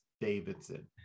Davidson